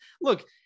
look